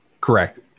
Correct